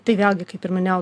tai vėlgi kaip ir minėjau